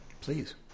Please